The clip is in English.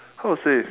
how to say